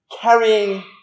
carrying